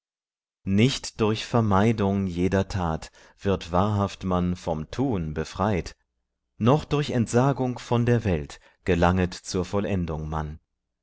nicht durch vermeidung jeder tat wird wahrhaft man vom tun befreit noch durch entsagung von der welt gelanget zur vollendung man